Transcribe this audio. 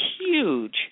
huge